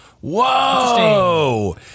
Whoa